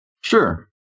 Sure